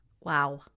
Wow